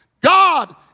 God